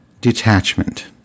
detachment